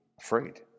afraid